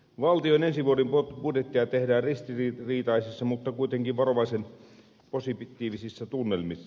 valtion ensi vuoden budjettia tehdään ristiriitaisissa mutta kuitenkin varovaisen positiivisissa tunnelmissa